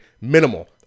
minimal